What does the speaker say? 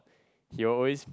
he will always